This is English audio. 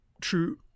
true